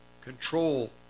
control